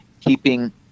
keeping